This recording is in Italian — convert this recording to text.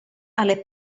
alle